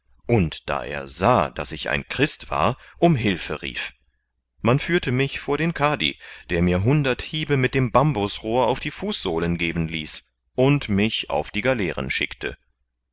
und da er sah daß ich ein christ war um hülfe rief man führte mich vor den kadi der mir hundert hiebe mit dem bambusrohr auf die fußsohlen geben ließ und mich auf die galeeren schickte